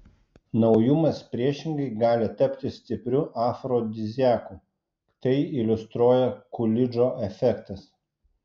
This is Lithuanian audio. naujumas priešingai gali tapti stipriu afrodiziaku tai iliustruoja kulidžo efektas